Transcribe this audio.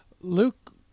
Luke